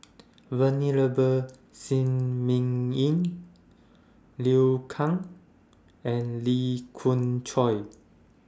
Venerable Shi Ming Yi Liu Kang and Lee Khoon Choy